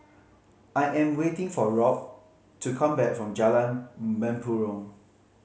I am waiting for Rob to come back from Jalan Mempurong